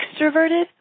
extroverted